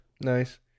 Nice